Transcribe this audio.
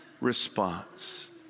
response